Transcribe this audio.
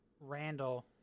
Randall